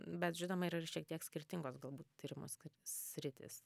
bet žinoma yra ir šiek tiek skirtingos galbūt tyrimo sk sritis